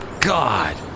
God